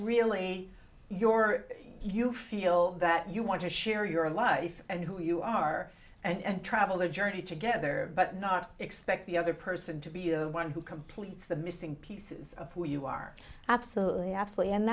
really your you feel that you want to share your life and who you are and travel the journey together but not expect the other person to be the one who completes the missing pieces of who you are absolutely absolutely and